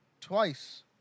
twice